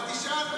אבל תשאל,